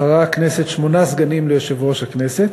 בחרה הכנסת שמונה סגנים ליושב-ראש הכנסת.